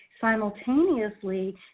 Simultaneously